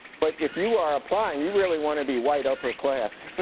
but if you are applying, you really want to be white upper-class.